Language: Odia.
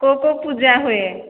କୋଉ କୋଉ ପୂଜା ହୁଏ